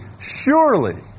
surely